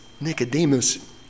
Nicodemus